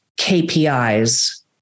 KPIs